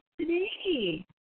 today